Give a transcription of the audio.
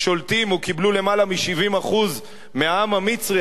שולטים או קיבלו למעלה מ-70% מקולות העם המצרי.